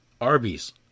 Arby's